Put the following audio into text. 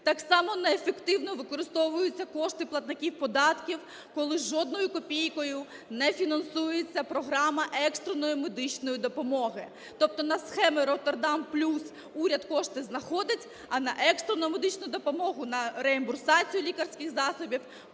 Так само неефективно використовуються кошти платників податків, коли жодною копійкою не фінансується програма екстреної медичної допомоги. Тобто на схеми "Роттердам плюс" уряд кошти знаходить, а на екстрену медичну допомогу, на реімбурсацію лікарських засобів